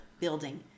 building